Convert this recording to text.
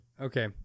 Okay